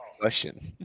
question